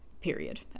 period